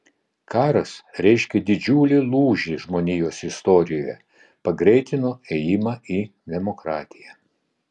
karas reiškė didžiulį lūžį žmonijos istorijoje pagreitino ėjimą į demokratiją